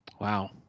Wow